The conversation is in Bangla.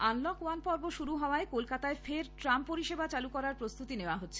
আনলক ওয়ান পর্ব শুরু হওয়ায় কলকাতায় ফের ট্রাম পরিষেবা চালু করার প্রস্তুতি নেওয়া হচ্ছে